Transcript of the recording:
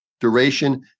duration